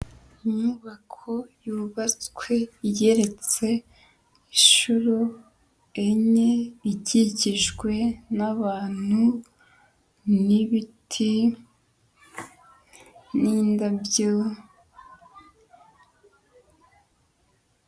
Inyubako yubatswe igeretse inshuro enye, ikikijwe, n'abantu, n'ibiti n'indabyo...